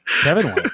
Kevin